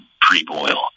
pre-boil